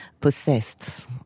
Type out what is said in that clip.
possessed